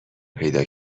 پیدا